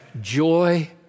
joy